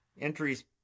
entries